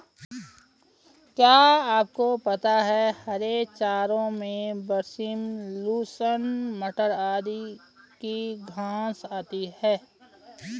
क्या आपको पता है हरे चारों में बरसीम, लूसर्न, मटर आदि की घांस आती है?